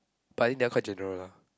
but then they all quite general lah